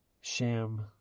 sham